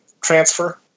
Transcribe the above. transfer